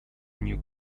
new